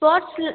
ஸ்போர்ட்ஸ்ஸில்